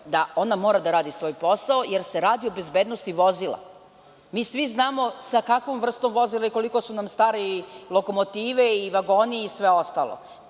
da ona mora da radi svoj posao, jer se radi o bezbednosti vozila. Svi znamo sa kakvom vrstom vozila i koliko su nam stare lokomotive i vagoni i sve ostalo.